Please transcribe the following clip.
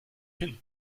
hin